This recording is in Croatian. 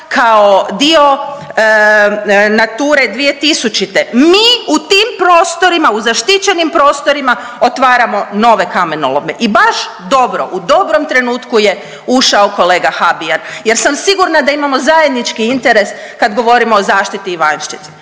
kao dio Nature 2000, mi u tim prostorima u zaštićenim prostorima otvaramo nove kamenolome i baš dobro, u dobrom trenutku je ušao kolega Habijan jer sam sigurna da imamo zajednički interes kad govorimo o zaštiti Ivanščice.